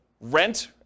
rent